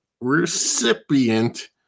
Recipient